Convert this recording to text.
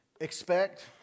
expect